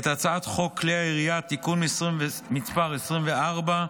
את הצעת חוק כלי הירייה (תיקון מס' 24),